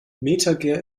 metager